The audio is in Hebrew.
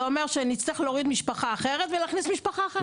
זה אומר שנצטרך להוריד משפחה אחרת ולהכניס משפחה אחרת.